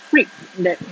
freak that